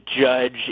judge